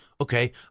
Okay